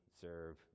serve